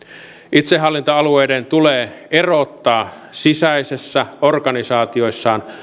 itsehallintoalueiden tulee erottaa sisäisessä organisaatiossaan